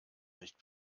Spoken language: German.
nicht